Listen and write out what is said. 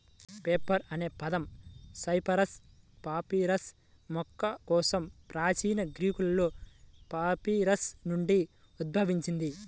paper అనే పదం Cyperus papyrus మొక్క కోసం ప్రాచీన గ్రీకులో పాపిరస్ నుండి ఉద్భవించింది